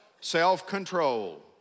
Self-control